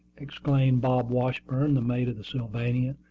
exclaimed bob washburn, the mate of the sylvania,